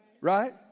right